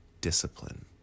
discipline